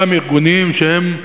אותם ארגונים שהם,